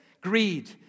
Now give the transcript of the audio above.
greed